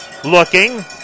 Looking